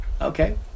Okay